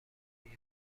جمعی